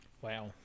Wow